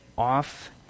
off